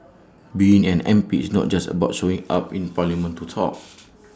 being an M P is not just about showing up in parliament to talk